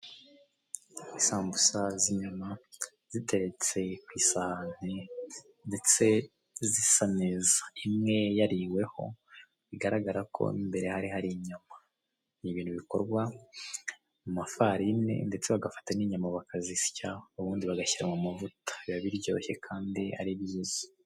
Isambusa z'inyama, ziteretse ku isahani, ndetse zisa neza. Imwe yariweho, bigaragara ko mo imbere hari hari inyama. Ni ibintu bikorwa mu mafarini, ndetse bagafata n'inyama bakazisya, ubundi bagashyira mu mavuta. Biba biryoshye, kandi ari byiza.